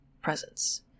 presence